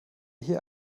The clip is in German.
hier